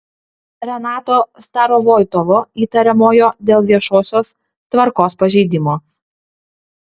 renato starovoitovo įtariamojo dėl viešosios tvarkos pažeidimo